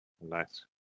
Nice